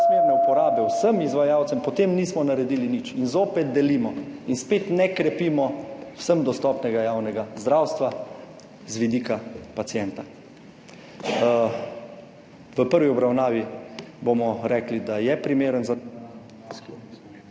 razprave/ uporabe vsem izvajalcem, potem nismo naredili nič in zopet delimo in spet ne krepimo vsem dostopnega javnega zdravstva z vidika pacienta. V prvi obravnavi bomo rekli, da je primeren za